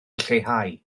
lleihau